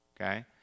Okay